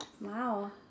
Wow